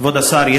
כבוד השר,